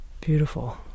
beautiful